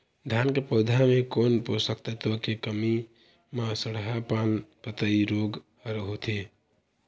धान के पौधा मे कोन पोषक तत्व के कमी म सड़हा पान पतई रोग हर होथे?